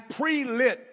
pre-lit